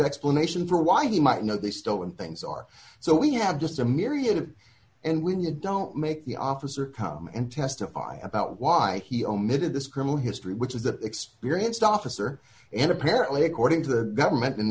explanation for why he might know they still and things are so we have just a myriad of and when you don't make the officer come and testify about why he omitted this criminal history which is that experienced officer and apparently according to the government and